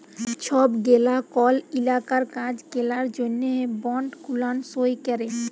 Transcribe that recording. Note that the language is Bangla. ছব গেলা কল ইলাকার কাজ গেলার জ্যনহে বল্ড গুলান সই ক্যরে